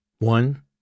One